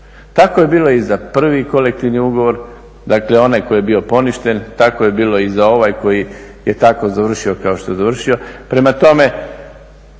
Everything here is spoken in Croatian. Tako je bilo i za prvi kolektivni ugovor, dakle onaj koji je bio poništen, tako je bilo i za ovaj koji je tako završio kao što je završio.